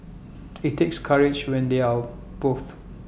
IT takes courage when they are both